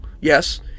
yes